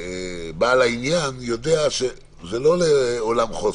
בעל העניין יודע שלא לעולם חוסן.